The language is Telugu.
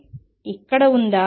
ఇది ఇక్కడ ఉందా